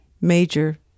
major